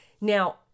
Now